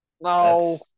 No